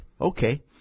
okay